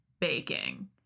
baking